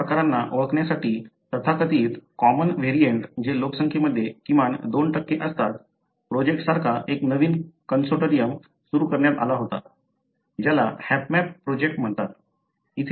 अशा प्रकारांना ओळखण्यासाठी तथाकथित कॉमन वेरिएंट जे लोकसंख्येमध्ये किमान 2 असतात प्रोजेक्टसारखा एक नवीन कन्सोर्टियम सुरू करण्यात आला होता ज्याला हॅपमॅप प्रोजेक्ट म्हणतात